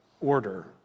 order